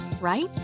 right